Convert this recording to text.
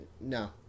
No